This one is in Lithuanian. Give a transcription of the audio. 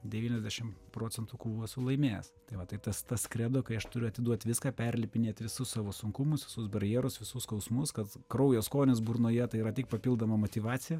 devyniasdešim procentų kovų esu laimėjęs tai va tai tas tas kredo kai aš turiu atiduot viską perlipinėt visus savo sunkumus visus barjerus visus skausmus kad kraujo skonis burnoje tai yra tik papildoma motyvacija